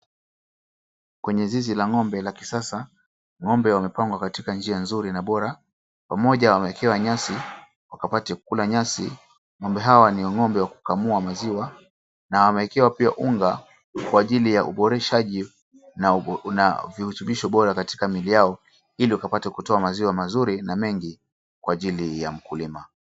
Kwenye zizi la ng'ombe la kisasa ng'ombe wamepangwa katika njia nzuri na bora. Pamoja wamewekewa nyasi wakapate kula nyasi. Ng'ombe hawa ni ng'ombe wa kukamua maziwa na wamewekewa pia unga kwa ajili ya uboreshaji na virutubisho bora katika miili yao ili wakapate kutoa maziwa mazuri na mengi kwa ajili ya mkulima.